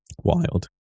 wild